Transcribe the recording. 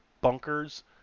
bunkers